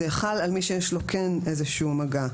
זה חל על מי שיש לו כן איזשהו מגע,